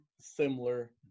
similar